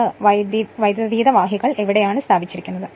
അതിനാൽ ആ വൈദ്യുതീതവാഹികൾ എവിടെയാണ് സ്ഥാപിച്ചിരിക്കുന്നത്